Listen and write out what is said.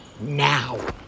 now